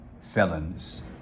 felons